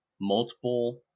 multiple